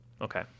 Okay